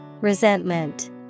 Resentment